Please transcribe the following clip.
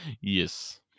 Yes